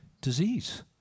disease